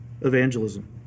evangelism